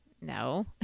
no